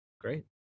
great